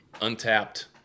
untapped